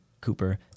Cooper